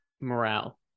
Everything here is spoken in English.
Morale